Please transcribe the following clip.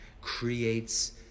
creates